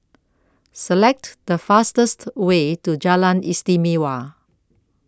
Select The fastest Way to Jalan Istimewa